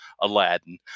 Aladdin